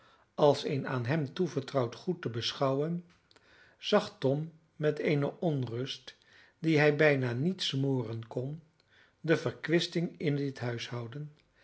als een aan hem toevertrouwd goed te beschouwen zag tom met eene onrust die hij bijna niet smoren kon de verkwisting in dit huishouden